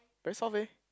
very soft eh